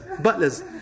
Butlers